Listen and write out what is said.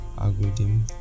algorithm